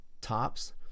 tops